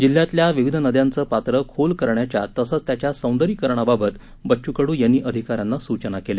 जिल्ह्यातल्या विविध नद्यांचं पात्र खोल करण्याच्या तसंच त्यांच्या सौंदर्यीकरणाबाबत बच्चू कडू यांनी अधिकाऱ्यांना सूचना केल्या